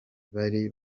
bari